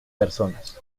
personas